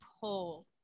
pull